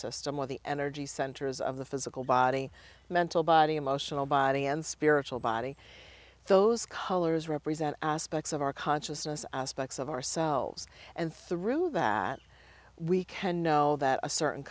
system of the energy centers of the physical body mental body emotional body and spiritual body those colors represent aspects of our consciousness aspects of ourselves and through that we can know that a certain